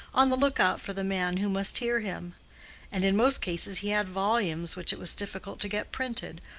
on the look-out for the man who must hear him and in most cases he had volumes which it was difficult to get printed,